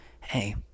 Hey